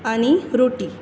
आनी रोटी